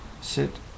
sit